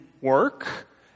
work